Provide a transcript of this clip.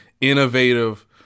innovative